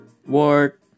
word